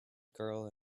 girl